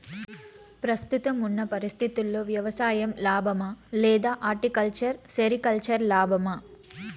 ప్రస్తుతం ఉన్న పరిస్థితుల్లో వ్యవసాయం లాభమా? లేదా హార్టికల్చర్, సెరికల్చర్ లాభమా?